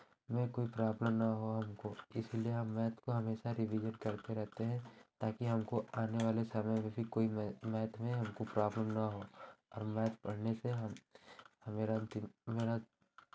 में कोई प्रॉब्लम ना हो हमको इसलिए हम मैथ को हमेशा रिवीजन करते रहते हैं ताकि हमको आने वाले समय में भी कोई मैथ में हमको प्रॉब्लम ना हो और मैथ पढ़ने से हम हमें मेरा